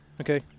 Okay